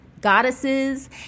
Goddesses